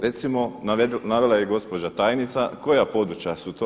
Recimo navela je i gospođa tajnica koja područja su to.